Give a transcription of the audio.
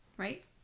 right